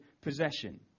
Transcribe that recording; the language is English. possession